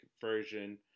version